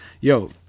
yo